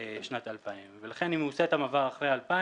שנת 2000. ולכן אם הוא עושה את המעבר אחרי 2000,